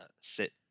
sit